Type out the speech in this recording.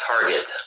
target